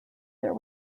there